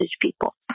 people